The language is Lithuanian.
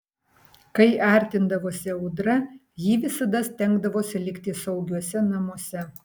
kai artindavosi audra ji visada stengdavosi likti saugiuose namuose